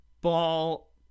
ball